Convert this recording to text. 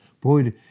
boy